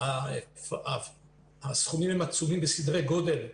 הסכומים עצומים בסדרי-גודל.